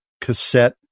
cassette